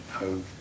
no